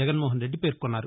జగన్మోహన్రెడ్డి పేర్కొన్నారు